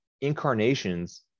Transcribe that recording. incarnations